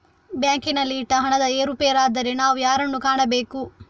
ಬ್ಯಾಂಕಿನಲ್ಲಿ ಇಟ್ಟ ಹಣದಲ್ಲಿ ಏರುಪೇರಾದರೆ ನಾವು ಯಾರನ್ನು ಕಾಣಬೇಕು?